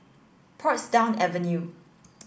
Portsdown Avenue